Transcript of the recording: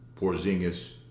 Porzingis